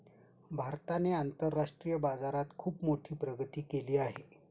भारताने आंतरराष्ट्रीय बाजारात खुप मोठी प्रगती केली आहे